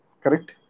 Correct